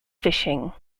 fishing